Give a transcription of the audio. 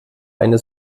eine